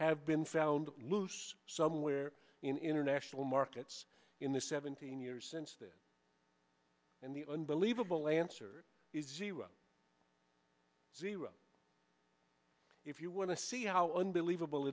have been found loose somewhere in international markets in the seventeen years since then and the unbelievable answer is zero zero if you want to see how unbelievable